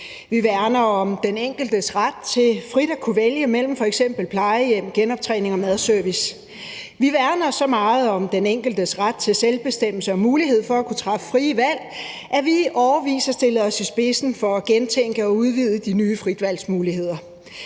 Vi værner om den enkeltes ret til frit at kunne vælge f.eks. plejehjem, genoptræning og madservice. Vi værner så meget om den enkeltes ret til selvbestemmelse og mulighed for at kunne træffe frie valg, at vi i årevis har stillet os i spidsen for at gentænke og udvide de nye fritvalgsmuligheder.